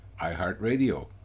iHeartRadio